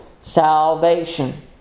salvation